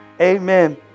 Amen